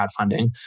crowdfunding